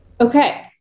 Okay